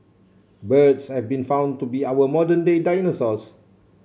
birds have been found to be our modern day dinosaurs